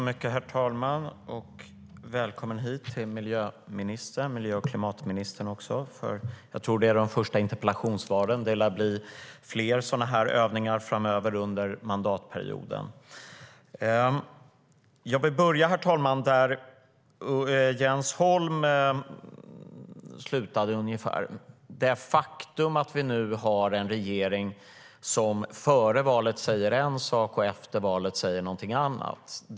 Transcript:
Herr talman! Välkommen, miljö och klimatministern, till de första interpellationsdebatterna! Det lär bli fler sådana här övningar under mandatperioden framöver. Jag vill börja ungefär där Jens Holm slutade. Faktum är att vi nu har en regering som sade en sak före valet och som säger någonting annat efter valet.